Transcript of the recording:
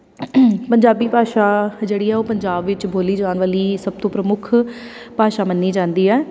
ਪੰਜਾਬੀ ਭਾਸ਼ਾ ਜਿਹੜੀ ਆ ਉਹ ਪੰਜਾਬ ਵਿੱਚ ਬੋਲੀ ਜਾਣ ਵਾਲੀ ਸਭ ਤੋਂ ਪ੍ਰਮੁੱਖ ਭਾਸ਼ਾ ਮੰਨੀ ਜਾਂਦੀ ਆ